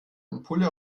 ampulle